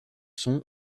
son